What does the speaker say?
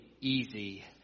easy